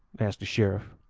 asked the sheriff.